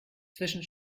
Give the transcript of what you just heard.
zwischen